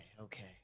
Okay